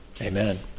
Amen